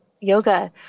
yoga